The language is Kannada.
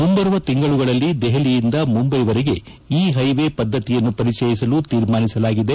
ಮುಂಬರುವ ತಿಂಗಳುಗಳಲ್ಲಿ ದೆಹಲಿಯಿಂದ ಮುಂಬೈವರೆಗೆ ಇ ಹೈವೇ ಪದ್ದತಿಯನ್ನು ಪರಿಚಯಿಸಲು ತೀರ್ಮಾನಿಸಲಾಗಿದೆ